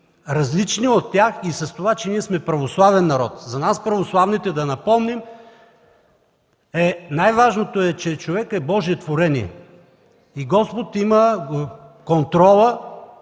различни от тях и с това, че ние сме православен народ? За нас, православните, да напомним, най-важното е, че човек е божие творение и единствено Господ има контрола